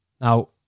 Now